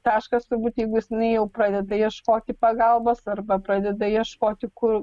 taškas turbūt jeigu jinai jau pradeda ieškoti pagalbos arba pradeda ieškoti kur